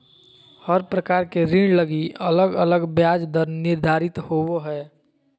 हर प्रकार के ऋण लगी अलग अलग ब्याज दर निर्धारित होवो हय